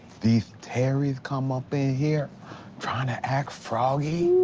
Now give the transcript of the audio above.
these terries come up in here trying to act froggy.